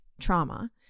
trauma